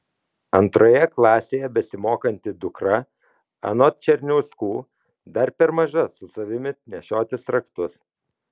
antroje klasėje besimokanti dukra anot černiauskų dar per maža su savimi nešiotis raktus